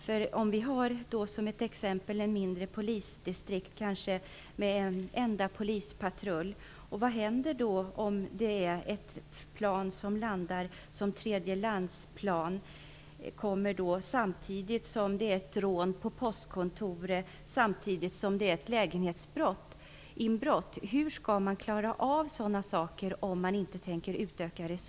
Låt oss exempelvis säga att vi har ett mindre polisdistrikt med kanske en enda polispatrull. Vad händer då om ett plan från tredje land landar samtidigt som det är ett rån på ett postkontor och ett inbrott i en lägenhet? Hur skall man klara av sådana saker om resurserna inte utökas?